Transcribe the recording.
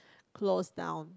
closed down